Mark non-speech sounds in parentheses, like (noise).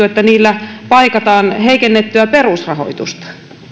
(unintelligible) että niillä paikataan heikennettyä perusrahoitusta ja